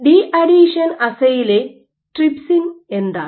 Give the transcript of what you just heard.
de-adhesion അസ്സേയിലെ trypsin എന്താണ്